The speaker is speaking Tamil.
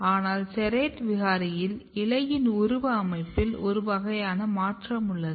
ஆனால் SERRATE விகாரியில் இலையின் உருவ அமைப்பில் ஒரு வகையான மாற்றம் உள்ளது